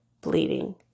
bleeding